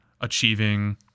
achieving